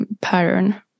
pattern